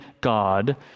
God